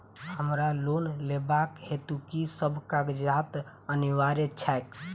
हमरा लोन लेबाक हेतु की सब कागजात अनिवार्य छैक?